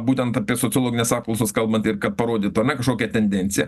būtent apie sociologines apklausas kalbant ir kad parodyt ar ne kažkokią tendenciją